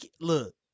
Look